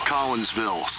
Collinsville